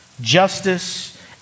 justice